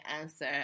answer